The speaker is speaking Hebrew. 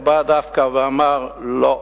הוא בא דווקא ואמר: לא.